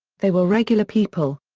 they were regular people.